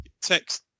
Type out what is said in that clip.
Text